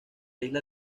isla